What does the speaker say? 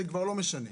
זה לא משנה.